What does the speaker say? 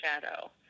shadow